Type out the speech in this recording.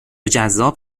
جذاب